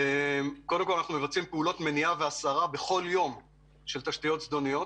אנחנו מבצעים בכל יום פעולות מניעה והסרה של תשתיות זדוניות.